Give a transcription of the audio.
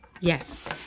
Yes